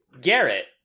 Garrett